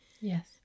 Yes